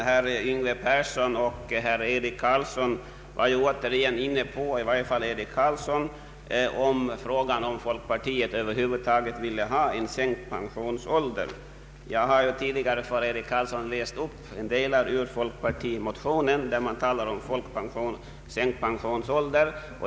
Herr talman! Herr Eric Carlsson kom återigen in på frågan om folkpartiet över huvud taget vill ha en sänkt pensionsålder. Jag har tidigare för herr Eric Carlsson läst upp en del ur folkpartimotionen där det talas om sänkt pensionsålder.